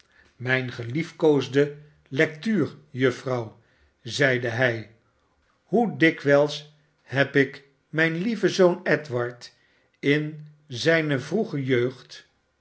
mijne geliefkoosde lectuur juffrouw zeide hij hoe dikwijls heb ik mijn lieven zoon edward in zijne vroege jeugd